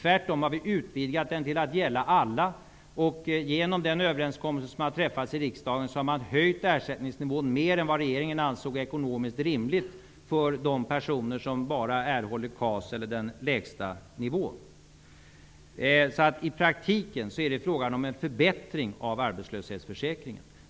Tvärtom har vi utvidgat den till att gälla alla. Genom den överenskommelse som har träffats i riksdagen har ersättningsnivån höjts mer än vad regeringen ansåg ekonomiskt rimligt för de personer som bara erhåller KAS eller den lägsta nivån i försäkringen. I praktiken är det frågan om en förbättring av arbetslöshetsförsäkringen.